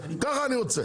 ככה אני רוצה.